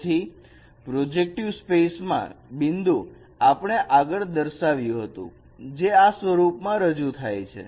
તેથી projective space માં બિંદુ આપણે આગળ દર્શાવ્યું હતું તે આ સ્વરૂપમાં રજૂ થાય છે